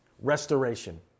restoration